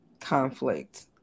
conflict